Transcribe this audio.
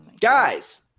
Guys